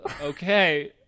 okay